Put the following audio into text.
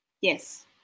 Yes